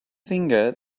finger